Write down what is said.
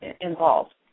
involved